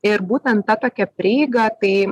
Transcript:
ir būtent ta tokia prieiga tai